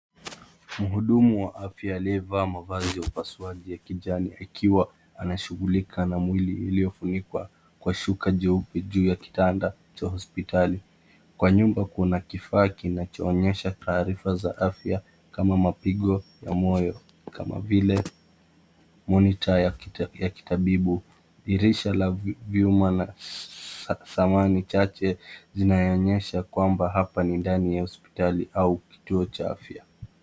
Mhudumu wa afya aliyevaa mavazi ya upasuaji ya kijani akiwa anashughulika na mwili iliofunikwa kwa shuka jeupe juu ya kitanda cha hosipitali. Kwa nyumba kuna kifaa kinachoonyesha taarifa za afya kama mapigo ya moyo, kama vile monitor ya kitabibu . Dirisha la vyuma na samani chache zinaonyesha kwamba hapa ni ndani ya hosipitali ama kituo cha afya.